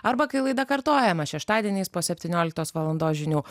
arba kai laida kartojama šeštadieniais po septynioliktos valandos žinių